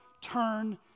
turn